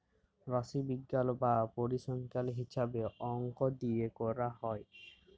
রাশিবিজ্ঞাল বা পরিসংখ্যাল হিছাবে অংক দিয়ে ক্যরা হ্যয়